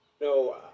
No